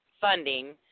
funding